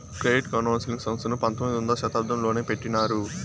credit counselling సంస్థను పంతొమ్మిదవ శతాబ్దంలోనే పెట్టినారు